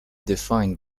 defined